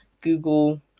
Google